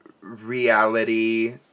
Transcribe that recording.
reality